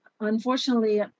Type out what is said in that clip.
unfortunately